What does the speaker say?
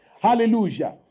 Hallelujah